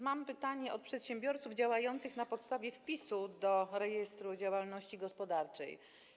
Mam pytanie od przedsiębiorców działających na podstawie wpisu do rejestru działalności gospodarczej.